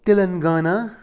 Telangana